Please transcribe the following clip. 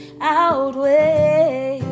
outweigh